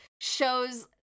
shows